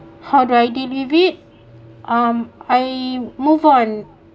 how do I deal with it um I move on